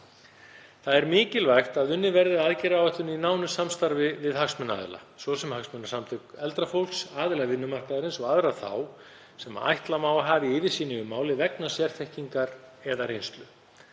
Það er mikilvægt að unnin verði aðgerðaáætlun í nánu samstarfi við hagsmunaaðila, svo sem hagsmunasamtök eldra fólks, aðila vinnumarkaðarins og aðra þá sem ætla má að hafi yfirsýn yfir málið vegna sérþekkingar eða reynslu.